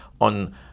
on